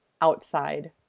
outside